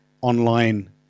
online